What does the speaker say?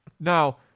Now